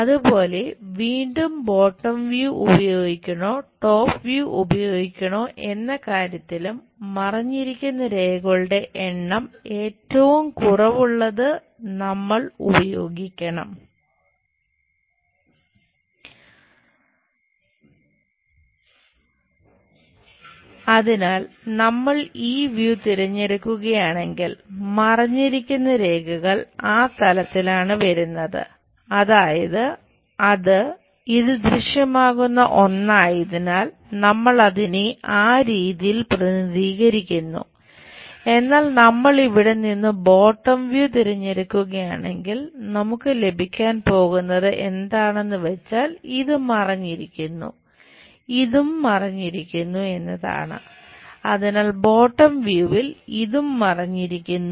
അതുപോലെ വീണ്ടും bottom view ഉപയോഗിക്കണോ എന്ന കാര്യത്തിലും മറഞ്ഞിരിക്കുന്ന രേഖകളുടെ എണ്ണം ഏറ്റവും കുറവുള്ളത് നമ്മൾ ഉപയോഗിക്കണം അതിനാൽ നമ്മൾ ഈ വ്യൂ ഇതും മറഞ്ഞിരിക്കുന്നു